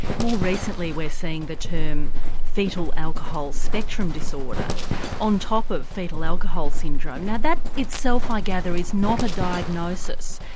more recently we're seeing the term foetal alcohol spectrum disorder on top of foetal alcohol syndrome. now that itself i gather is not a diagnosis,